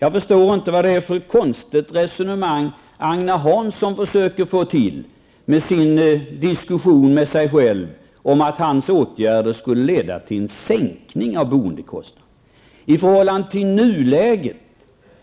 Jag förstår inte vad det är för konstigt resonemang Agne Hansson försöker föra med sig själv när säger att hans åtgärder skulle leda till en sänkning av boendekostnaderna. I förhållandet till nuläget